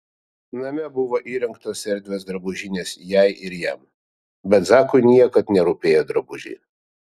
name buvo įrengtos erdvios drabužinės jai ir jam bet zakui niekad nerūpėjo drabužiai